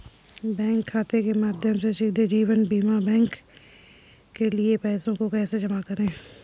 Bank खाते के माध्यम से सीधे जीवन बीमा के लिए पैसे को कैसे जमा करें?